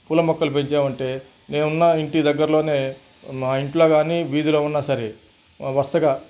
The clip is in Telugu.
పూల మొక్కలు పెంచాలంటే నేనున్న ఇంటి దగ్గరలోనే మా ఇంట్లో గాని వీధిలో ఉన్న సరే వరసగా